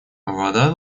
вода